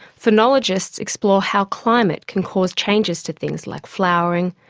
phenologists explore how climate can cause changes to things like flowering,